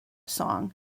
song